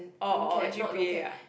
orh orh orh g_p_a ah